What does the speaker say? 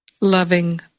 loving